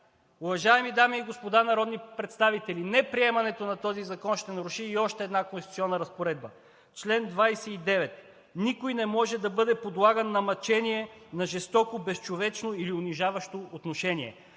Уважаеми дами и господа народни представители, неприемането на този закон ще наруши и още една конституционна разпоредба – чл. 29: „Никой не може да бъде подлаган на мъчение, на жестоко, безчовечно или унижаващо отношение.“